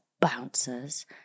bouncers